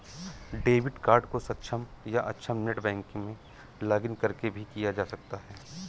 debit card को सक्षम या अक्षम नेट बैंकिंग में लॉगिंन करके भी किया जा सकता है